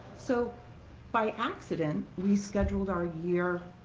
so by accident we scheduled our year